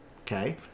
Okay